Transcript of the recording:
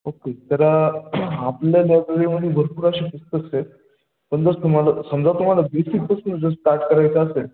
okay तर आपल्या लायब्ररीमध्ये भरपूर असे पुस्तकस आहेत समजा असं तुम्हाला समजा तुम्हाला बेसिकपासून जर स्टार्ट करायचं असेल